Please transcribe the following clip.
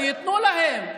שייתנו להם,